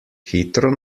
hitro